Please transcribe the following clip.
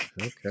Okay